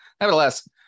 Nevertheless